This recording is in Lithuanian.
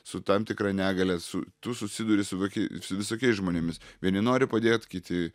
su tam tikra negalia su tu susiduri su toki su visokiais žmonėmis vieni nori padėt kiti